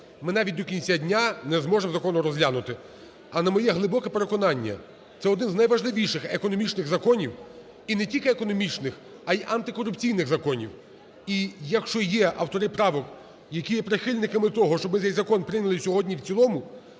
ми навіть до кінця дня не зможемо закону розглянути. А на моє глибоке переконання, це один з найважливіших економічних законів, і не тільки економічних, а й антикорупційних законів. І якщо є автори правок, які є прихильниками того, щоб ми цей закон прийняли сьогодні в цілому,